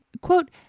Quote